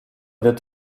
wird